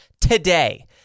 today